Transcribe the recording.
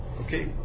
Okay